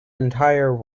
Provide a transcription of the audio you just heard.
entire